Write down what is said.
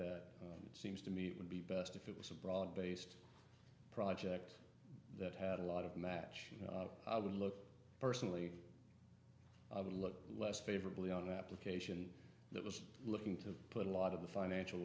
that it seems to me it would be best if it was a broad based project that had a lot of matching i would look personally i would look less favorably on the application that was looking to put a lot of the financial